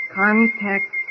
contact